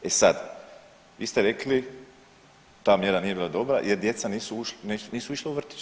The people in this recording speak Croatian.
E sad, vi ste rekli ta mjera nije bila dobra jer djeca nisu išla u vrtić.